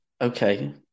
Okay